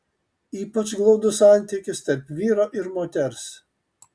ypač glaudus santykis tarp vyro ir moters